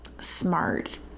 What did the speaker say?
smart